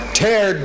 tear